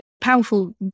powerful